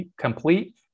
complete